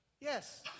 Yes